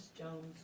Jones